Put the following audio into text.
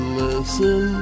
listen